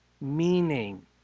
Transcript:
meaning